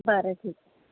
बरं ठीक